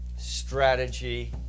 strategy